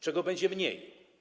Czego będzie mniej?